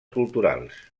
culturals